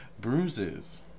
Bruises